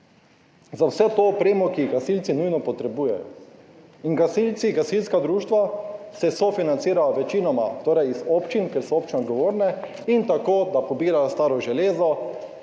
za vso to opremo, ki jo gasilci nujno potrebujejo. Gasilci, gasilska društva se sofinancirajo večinoma iz občin, ker so občine odgovorne, in tako, da pobirajo staro železo,